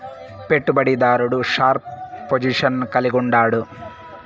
పెట్టుబడి దారుడు sharp position కలిగుండాడు